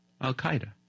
Al-Qaeda